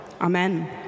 amen